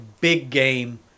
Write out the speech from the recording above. big-game